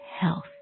health